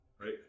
Right